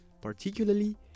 particularly